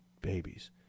babies